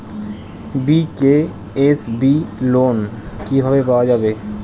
BKSB loan কিভাবে পাওয়া যাবে?